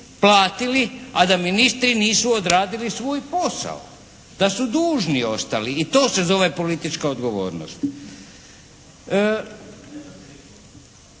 platili, a da ministri nisu odradili svoj posao, da su dužni ostali i to se zove politička odgovornost.